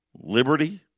liberty